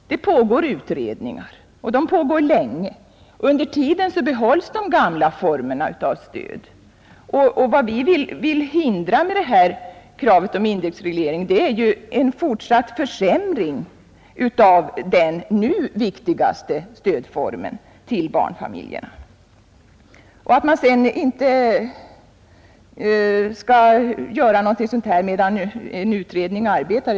De utredningar som pågår arbetar länge; under tiden behålles de gamla formerna av stöd. Vad vi vill förhindra med vårt krav på indexreglering är att det sker en fortsatt försämring av den nu viktigaste stödformen för barnfamiljerna, Sedan har det sagts att man inte skall företa några åtgärder medan en utredning arbetar med dessa frågor.